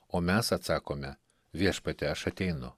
o mes atsakome viešpatie aš ateinu